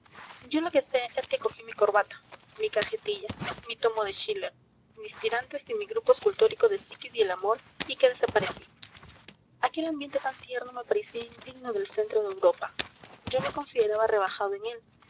yo lo que sé es que cogí mi corbata mi cajetilla mi tomo de schiller mis tirantes y mi grupo escultórico de psiquis y el amor y que desaparecí aquel ambiente tan tierno me parecía indigno del centro de europa yo me consideraba rebajado en él